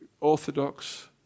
orthodox